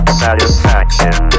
satisfaction